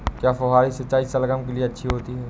क्या फुहारी सिंचाई शलगम के लिए अच्छी होती है?